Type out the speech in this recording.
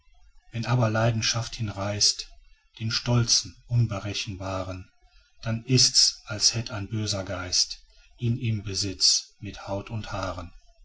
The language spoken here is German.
wenn aber leidenschaft hinreißt den stolzen unberechenbaren dann ist's als hätt ein böser geist ihn in besitz mit haut und haaren